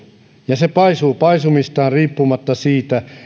ja se paisuu paisumistaan riippumatta siitä